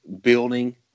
building